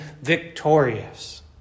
victorious